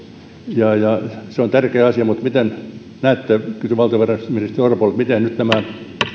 se on tärkeä asia mutta miten näette kysyn valtiovarainministeri orpolta että nyt